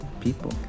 people